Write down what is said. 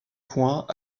points